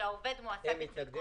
מה --- לא.